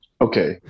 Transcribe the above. Okay